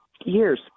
years